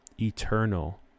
eternal